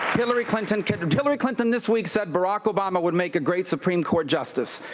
hillary clinton kind of hillary clinton this week said barack obama would make a great supreme court justice.